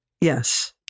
Yes